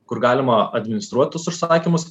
kur galima administruot tuos užsakymus